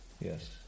Yes